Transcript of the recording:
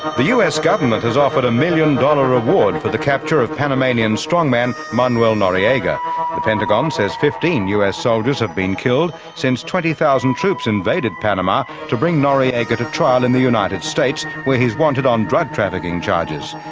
the us government has offered a million dollar reward for but the capture of panamanian strong-man, manuel noriega. the pentagon says fifteen us soldiers have been killed since twenty thousand troops invaded panama to bring noriega to trial in the united states where he's wanted on drug trafficking charges.